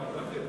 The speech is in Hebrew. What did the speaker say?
עמר בר-לב,